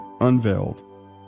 unveiled